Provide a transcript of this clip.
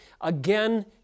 again